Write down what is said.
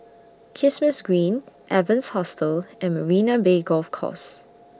Kismis Green Evans Hostel and Marina Bay Golf Course